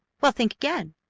well, think again!